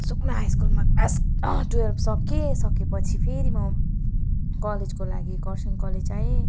सुकुना high स्कुलमा class twelve सकेँ सकिएपछि फेरि म कलेजको लागि खरसाङ कलेज आएँ